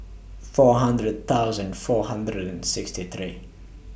four hundred thousand four hundred and sixty three